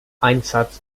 einsatz